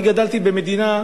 אני גדלתי במדינה,